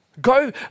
Go